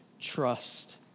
trust